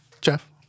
Jeff